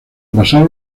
pasar